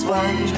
one